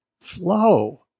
flow